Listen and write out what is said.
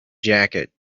jacket